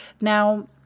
Now